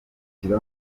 kigo